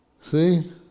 See